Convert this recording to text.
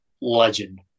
legend